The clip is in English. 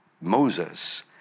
moses